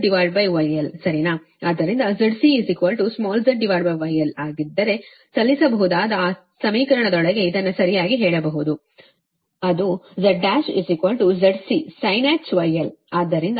ಆದ್ದರಿಂದ ZC Zγl ಆಗಿದ್ದರೆ ಸಲ್ಲಿಸಬಹುದಾದ ಆ ಸಮೀಕರಣದೊಳಗೆ ಇದನ್ನು ಸರಿಯಾಗಿ ಹೇಳಬಹುದು ಅದು Z1 ZCsinh γl